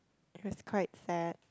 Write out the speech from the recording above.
which was quite sad